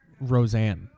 Roseanne